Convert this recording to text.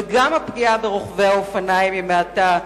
וגם הפגיעה ברוכבי האופניים היא מועטה.